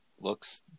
looks